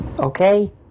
Okay